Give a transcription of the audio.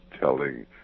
telling